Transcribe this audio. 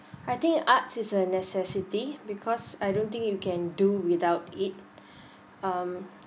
I think art is a necessity because I don't think you can do without it um